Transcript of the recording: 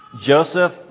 Joseph